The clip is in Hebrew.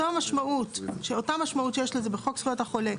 אותה משמעות שיש לזה בחוק זכויות החולה,